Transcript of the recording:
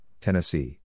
Tennessee